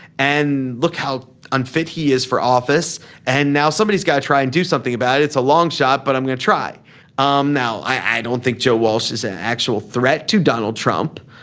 and look how unfit he is for office and now somebody's got to try and do something about it's a long shot. but i'm going to try um now. i don't think joe walsh is an actual threat to donald trump.